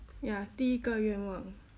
ya 第一个愿望